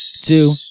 two